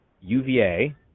UVA